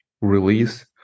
release